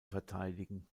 verteidigen